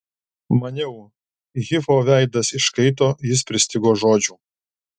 maniau hifo veidas iškaito jis pristigo žodžių